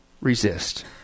resist